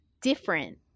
different